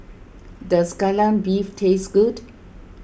does Kai Lan Beef taste good